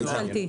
ממשלתי.